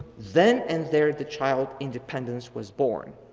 then and there the child independence was born.